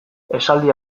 esaldi